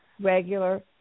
regular